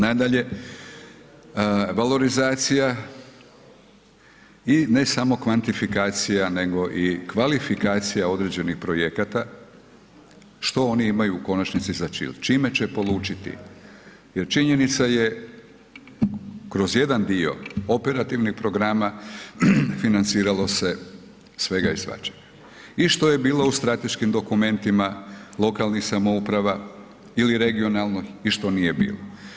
Nadalje, valorizacija i ne samo kvantifikacija nego i kvalifikacija određenih projekata, što oni imaju u konačnici za činiti, čime će polučiti jer činjenica je kroz jedan dio operativnih programa, financiralo se svega i svačega, i što je bilo u strateškim dokumentima lokalnih samouprava ili regionalnog i što nije bilo.